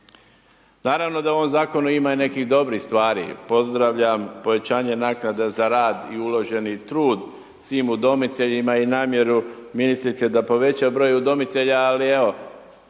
Naravno da u ovom Zakonu ima i nekih dobrih stvari. Pozdravljam povećanje naknada za rad i uloženi trud svim udomiteljima i namjeru ministrice da poveća broj udomitelja, ali evo,